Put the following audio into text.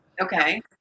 okay